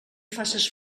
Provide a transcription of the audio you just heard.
faces